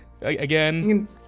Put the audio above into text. Again